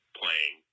playing